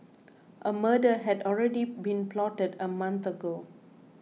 a murder had already been plotted a month ago